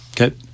Okay